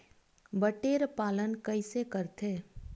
बटेर पालन कइसे करथे?